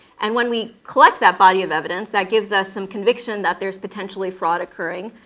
and when we collect that body of evidence, that gives us some conviction that there's potentially fraud occurring.